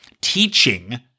teaching